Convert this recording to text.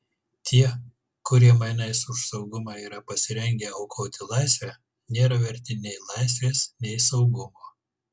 tie kurie mainais už saugumą yra pasirengę aukoti laisvę nėra verti nei laisvės nei saugumo